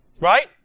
Right